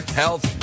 health